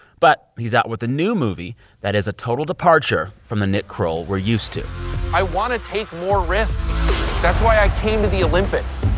but he's out with a new movie that is a total departure from the nick kroll we're used to i want to take more risks. that's why i came to the olympics.